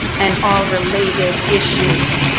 and all related issues.